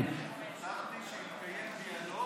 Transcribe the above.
הבטחתי שיתקיים דיאלוג